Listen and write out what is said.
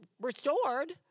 restored